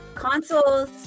Consoles